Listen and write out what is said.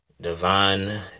Divine